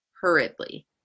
hurriedly